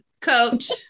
coach